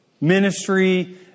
ministry